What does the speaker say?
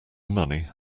money